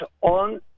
on